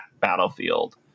battlefield